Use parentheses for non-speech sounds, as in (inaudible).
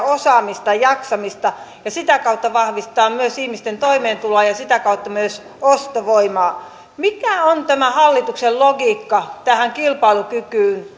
(unintelligible) osaamista jaksamista ja sitä kautta vahvistaa myös ihmisten toimeentuloa ja sitä kautta myös ostovoimaa mikä on tämä hallituksen logiikka tähän kilpailukykyyn (unintelligible)